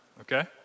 Okay